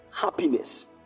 happiness